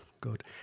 good